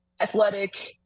athletic